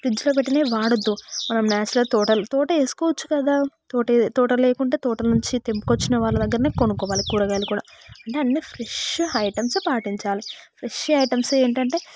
ఫ్రిడ్జ్లో పెట్టినవి వాడద్దు మనం న్యాచురల్ తోటల తోట వేసుకోవచ్చు కదా తోట లేకుంటే తోట నుంచి తెంపుకొచ్చిన వాళ్ళ దగ్గరనే కొనుక్కోవాలి కూరగాయలు కూడా అంటే అన్నీ ఫ్రెష్ ఐటమ్స్ పాటించాలి ఫ్రెష్ ఐటమ్స్ ఏంటంటే